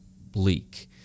bleak